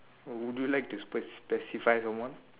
would would you like to spec~ specify someone